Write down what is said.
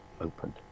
opened